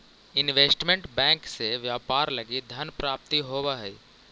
investment bank से व्यापार लगी धन प्राप्ति होवऽ हइ